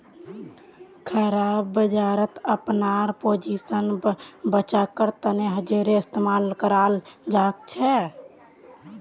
खराब बजारत अपनार पोजीशन बचव्वार तने हेजेर इस्तमाल कराल जाछेक